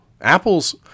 Apple's